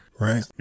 Right